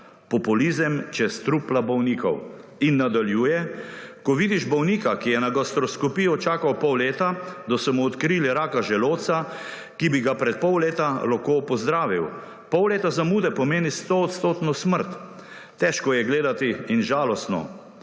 »populizem čez trupla bolnikov«, in nadaljuje: »Ko vidiš bolnika, ki je na gastroskopijo čakal pol leta, da so mu odkrili raka želodca, ki bi ga pred pol leta lahko pozdravil. Pol leta zamude pomeni 100 % smrt. Težko je gledati in žalostno.